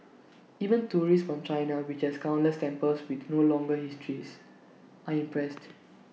even tourists from China which has countless temples with no longer histories are impressed